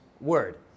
word